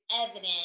evident